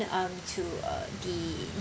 um to uh the